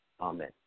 Amen